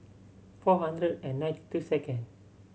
four hundred and ninety two second